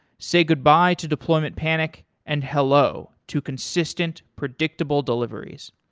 say goodbye to deployment panic and hello to consistent, predictable deliveries.